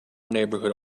neighbourhood